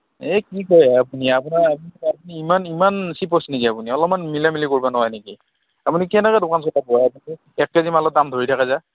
এ কি কয়হে আপুনি আপোনাৰ আপুনি ইমান ইমান চিপচ নেকি আপুনি অলপমান মিলামিলি কৰিব নোৱাৰে নেকি আপুনি কেনেকৈ দোকান চলাবহে এক কেজি মালৰ দাম ধৰি থাকে যে